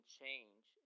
change